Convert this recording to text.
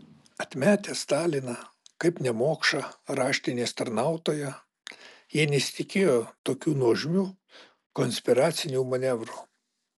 atmetę staliną kaip nemokšą raštinės tarnautoją jie nesitikėjo tokių nuožmių konspiracinių manevrų